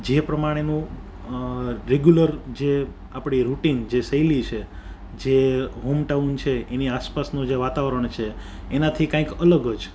જે પ્રમાણેનું રેગ્યુલર જે આપણી રૂટિન જે શૈલી સે જે હોમટાઉન છે એની આસપાસનું જે વાતાવરણ છે એનાથી કંઈક અલગ જ